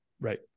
Right